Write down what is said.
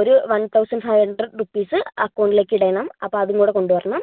ഒരു one thousand five hundred rupees അക്കൌണ്ടിലേക്ക് ഇടണം അപ്പോൾ അതും കൂടി കൊണ്ടുവരണം